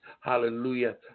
hallelujah